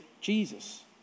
Jesus